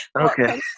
Okay